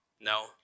No